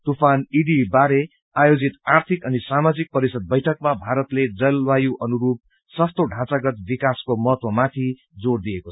तूफान ईडी बारे आयोजित आर्थिक अनि साामाजिक परिषद बैठकमा भारतले जलवायु अनुरूप सस्तो ढाँचागत विकासको महत्वमाथि जोर दिनुभयो